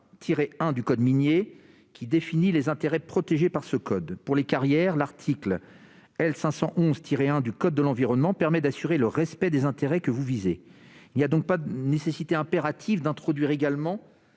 L. 161-1 du code minier, qui définit les intérêts protégés par ce code. Pour les carrières, l'article L. 511-1 du code de l'environnement permet d'assurer le respect des intérêts que vous visez. Aussi, rien n'impose d'introduire cette